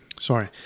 sorry